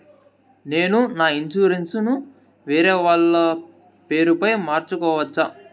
నేను నా ఇన్సూరెన్సు ను వేరేవాళ్ల పేరుపై మార్సుకోవచ్చా?